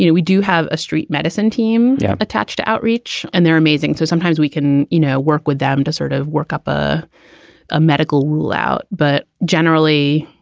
you know we do have a street medicine team yeah attached to outreach and they're amazing so sometimes we can, you know, work with them to sort of work up ah a medical rule out. but generally,